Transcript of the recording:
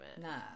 nah